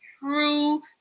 true